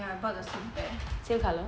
ya I bought the same pair same colour